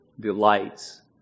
delights